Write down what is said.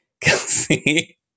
Kelsey